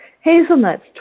Hazelnuts